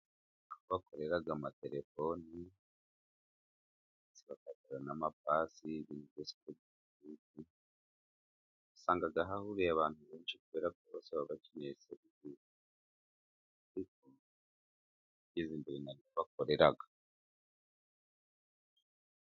Aho bakorera amatelefoni ndetse bakagira n'amapasi, n'ibindi bikoresho, uhasanga hahuriye abantu benshi, kubera ko baza bakenyeye serise, bityo bakiteza imbere aho bakorera.